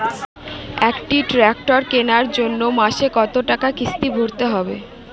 একটি ট্র্যাক্টর কেনার জন্য মাসে কত টাকা কিস্তি ভরতে হবে?